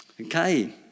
Okay